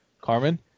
Carmen